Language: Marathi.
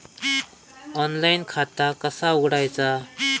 ऑनलाइन खाता कसा उघडायचा?